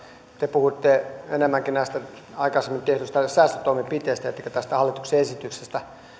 te puhuitte enemmänkin näistä aikaisemmin tehdyistä säästötoimenpiteistä ettekä tästä hallituksen esityksestä